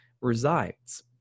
resides